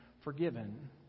forgiven